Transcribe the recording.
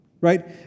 right